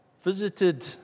visited